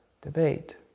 debate